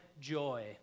joy